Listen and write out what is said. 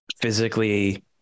physically